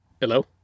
Hello